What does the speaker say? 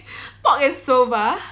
pork and soba